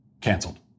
canceled